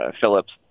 Phillips